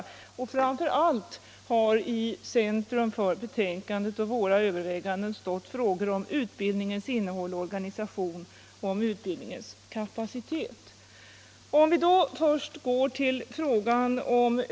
Framför allt har i centrum för betänkandet och våra överväganden stått frågor om utbildningens innehåll och organisation och om utbildningens kapacitet.